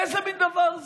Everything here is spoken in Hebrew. איזה מין דבר זה?